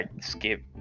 skip